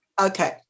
Okay